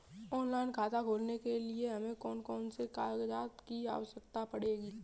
Online खाता खोलने के लिए हमें कौन कौन से कागजात की आवश्यकता पड़ेगी?